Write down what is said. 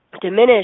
diminish